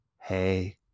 hey